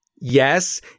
yes